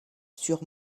sur